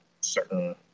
certain